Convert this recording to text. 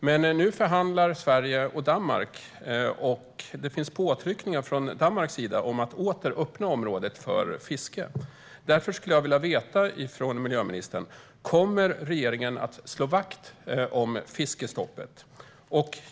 Men nu förhandlar Sverige och Danmark, och det finns påtryckningar från Danmarks sida om att åter öppna området för fiske. Därför skulle jag vilja veta från miljöministern: Kommer regeringen att slå vakt om fiskestoppet?